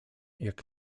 jak